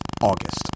August